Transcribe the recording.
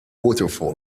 waterfall